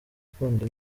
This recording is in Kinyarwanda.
ukunda